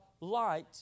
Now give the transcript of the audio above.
light